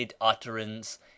utterance